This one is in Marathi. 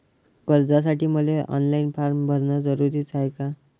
कर्जासाठी मले ऑनलाईन फारम भरन जरुरीच हाय का?